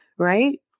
Right